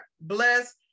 bless